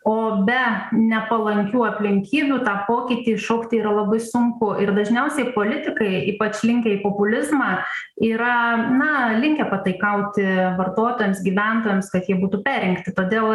o be nepalankių aplinkybių tą pokytį iššaukti yra labai sunku ir dažniausiai politikai ypač linkę į populizmą yra na linkę pataikauti vartotojams gyventojams kad jie būtų perrinkti todėl